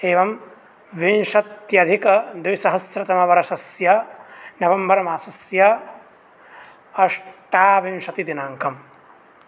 एवं विंशत्यधिकद्विसहस्रतमवर्षस्य नवम्बर् मासस्य अष्टाविंशतिदिनाङ्कः